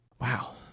Wow